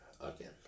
again